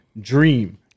Dream